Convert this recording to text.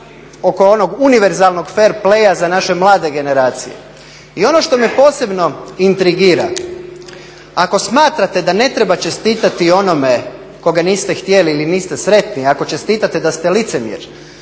oko onog univerzalnog fair play za naše mlade generacije? I ono što me posebno intrigira, ako smatrate da ne treba čestitati onome koga niste htjeli ili niste sretni ako čestitate da ste licemjere,